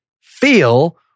feel